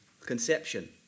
conception